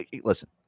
Listen